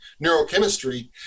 neurochemistry